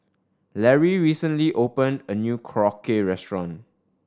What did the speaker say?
Larry recently open a new Korokke Restaurant